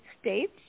States